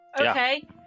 Okay